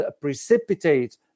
precipitate